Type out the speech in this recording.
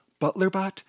ButlerBot